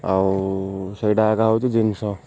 ଆଉ ସେଇଟା ଏକା ହେଉଛି ଜିନିଷ